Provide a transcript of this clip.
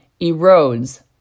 erodes